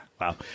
wow